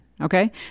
Okay